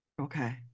Okay